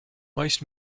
most